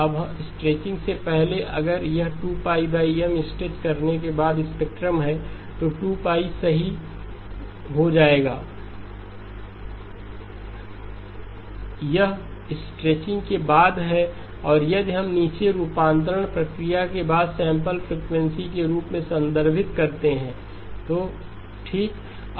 अब स्ट्रेचिंग से पहले अगर यह 2 M स्ट्रेच करने के बाद स्पेक्ट्रम है तो 2 सही जाएगा यह स्ट्रेचिंग के बाद है और यदि हम नीचे रूपांतरण प्रक्रिया के बाद सैंपल फ्रीक्वेंसी के रूप में संदर्भित करते हैं तो ठीक है